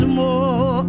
more